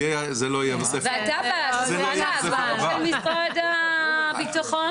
אתה נמצא בשולחן העגול של משרד הביטחון?